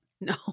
No